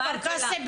בכפר-קאסם,